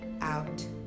out